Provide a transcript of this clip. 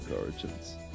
origins